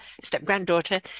step-granddaughter